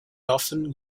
often